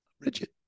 rigid